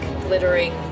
glittering